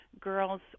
girls